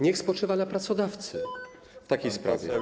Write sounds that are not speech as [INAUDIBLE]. Niech spoczywa na pracodawcy [NOISE] w takiej sprawie.